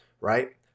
right